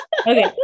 okay